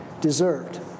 deserved